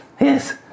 Yes